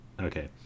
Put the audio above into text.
Okay